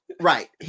Right